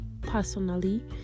personally